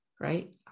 right